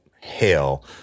hell